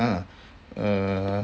ah uh